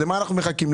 למה אנחנו מחכים?